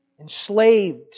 enslaved